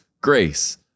grace